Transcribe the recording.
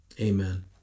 Amen